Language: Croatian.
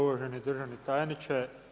Uvaženi državni tajniče.